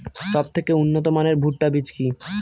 সবথেকে উন্নত মানের ভুট্টা বীজ কি?